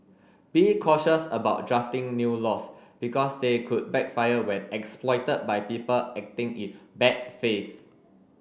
be cautious about drafting new laws because they could backfire when exploited by people acting in bad faith